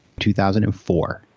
2004